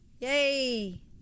Yay